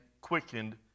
quickened